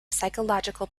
psychological